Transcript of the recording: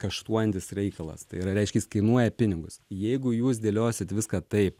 kaštuojantis reikalas tai yra reiškia jis kainuoja pinigus jeigu jūs dėliosit viską taip